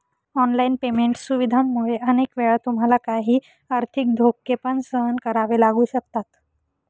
online payment सुविधांमुळे अनेक वेळा तुम्हाला काही आर्थिक धोके पण सहन करावे लागू शकतात